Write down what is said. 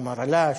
עם הרל"ש,